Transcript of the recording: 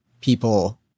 people